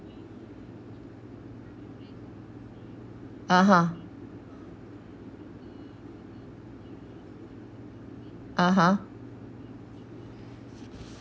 (uh huh) (uh huh)